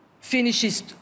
finishes